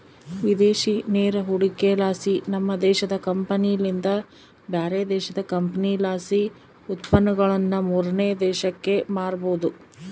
ವಿದೇಶಿ ನೇರ ಹೂಡಿಕೆಲಾಸಿ, ನಮ್ಮ ದೇಶದ ಕಂಪನಿಲಿಂದ ಬ್ಯಾರೆ ದೇಶದ ಕಂಪನಿಲಾಸಿ ಉತ್ಪನ್ನಗುಳನ್ನ ಮೂರನೇ ದೇಶಕ್ಕ ಮಾರಬೊದು